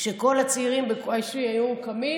כשכל הצעירים היו קמים,